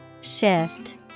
Shift